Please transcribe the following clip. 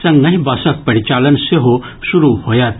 संगहि बसक परिचालन सेहो शुरू होयत